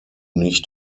nicht